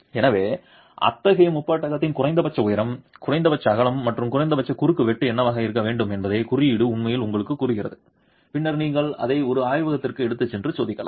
எனவே அத்தகைய முப்பட்டகத்தின் குறைந்தபட்ச உயரம் குறைந்தபட்ச அகலம் மற்றும் குறைந்தபட்ச குறுக்குவெட்டு என்னவாக இருக்க வேண்டும் என்பதை குறியீடு உண்மையில் உங்களுக்குக் கூறுகிறது பின்னர் நீங்கள் அதை ஒரு ஆய்வகத்திற்கு எடுத்துச் சென்று சோதிக்கலாம்